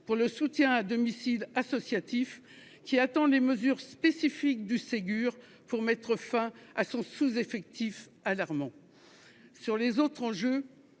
pour le soutien à domicile associatif, qui attend les mesures spécifiques du Ségur pour mettre fin à un sous-effectif alarmant. Sur les autres enjeux,